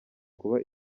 kuba